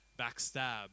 backstab